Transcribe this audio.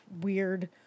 weird